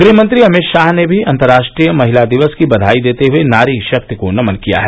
गुह मंत्री अमित शाह ने भी अंतर्राष्ट्रीय महिला दिवस की बयाई देते हए नारी शक्ति को नमन किया है